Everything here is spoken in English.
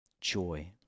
joy